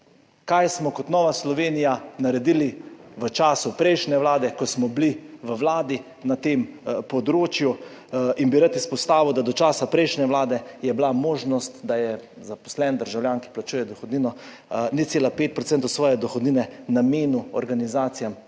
kaj smo kot Nova Slovenija naredili v času prejšnje vlade, ko smo bili v vladi na tem področju? Bi rad izpostavil, da do časa prejšnje vlade je bila možnost, da je zaposlen državljan, ki plačuje dohodnino 0,5 % svoje dohodnine namenil organizacijam